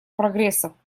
прогресса